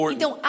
Então